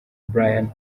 brian